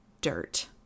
dirt